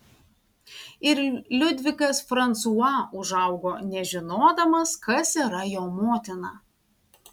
ir liudvikas fransua užaugo nežinodamas kas yra jo motina